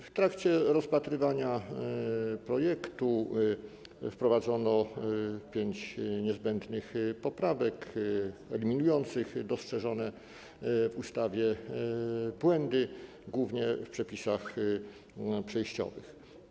W trakcie rozpatrywania projektu wprowadzono pięć niezbędnych poprawek eliminujących dostrzeżone w ustawie błędy, głównie w przepisach przejściowych.